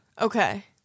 Okay